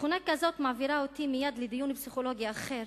ותכונה כזאת מעבירה אותי מייד לדיון פסיכולוגי אחר,